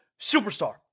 superstar